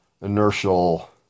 Inertial